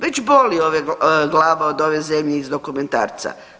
Već boli glava od ove zemlje iz dokumentarca.